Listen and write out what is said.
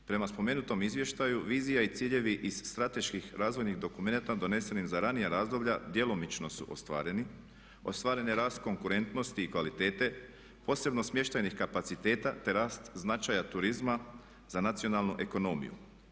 Prema spomenutom izvještaju vizija i ciljevi iz strateških razvojnih dokumenata donesenim za ranija razdoblja djelomično su ostvareni, ostvaren je rast konkurentnosti i kvalitete, posebno smještajnih kapaciteta te rast značaja turizma za nacionalnu ekonomiju.